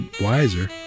wiser